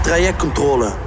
Trajectcontrole